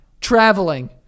Traveling